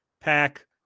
Pack